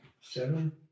seven